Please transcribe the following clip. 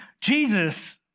Jesus